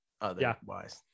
otherwise